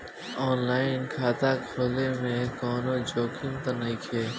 आन line खाता खोले में कौनो जोखिम त नइखे?